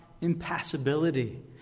impassibility